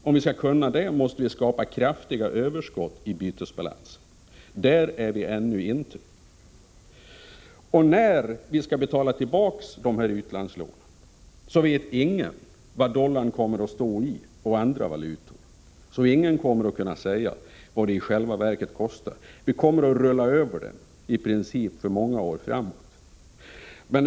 Om vi skall kunna göra amorteringar, måste vi kunna skapa kraftiga överskott i bytesbalansen. Där är vi inte ännu. Vid den tidpunkt då vi skall betala tillbaka utlandslånen vet ingen vad dollarn och andra valutor har för kurs. Ingen kan därför i själva verket säga vad det kommer att kosta. I princip kommer vi för många år framåt att rulla över det hela.